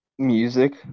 music